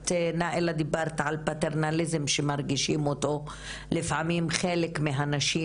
את נאילה דיברת על פטרנליזם שמרגישים אותו לפעמים חלק מהנשים,